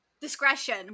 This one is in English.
Discretion